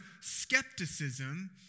skepticism